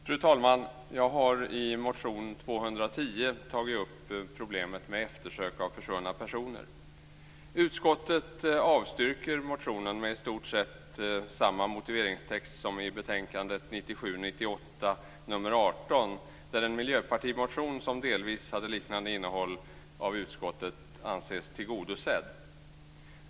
Fru talman! Jag har i motion 210 tagit upp problemet med eftersök av försvunna personer. Utskottet avstyrker motionen med i stort sett samma motiveringstext som i betänkandet 1997/98:18, där en miljöpartimotion som delvis hade liknande innehåll av utskottet ansågs tillgodosedd.